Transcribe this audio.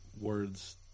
words